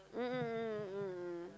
mm mm mm mm mm